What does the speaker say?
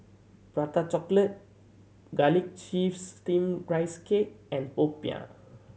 Prata Chocolate Garlic Chives Steamed Rice Cake and popiah